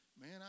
man